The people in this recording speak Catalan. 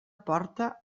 porta